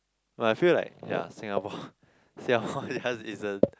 but I feel like ya Singapore Singapore just is a